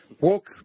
walk